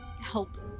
help